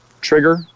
trigger